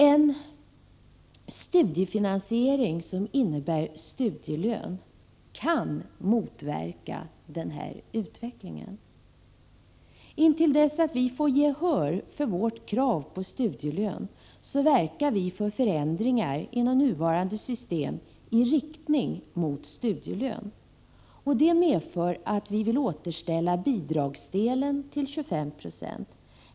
En studiefinansiering genom studielön kan motverka denna utveckling. Intill dess att vi får gehör för vårt krav på studielön verkar vi för förändringar inom nuvarande system i riktning mot studielön. Det medför att vi vill återställa bidragsdelen till 25 96.